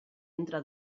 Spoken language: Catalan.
entra